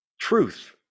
Truth